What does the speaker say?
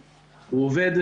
עובד,